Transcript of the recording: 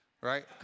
right